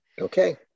okay